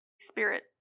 Spirit